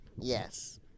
Yes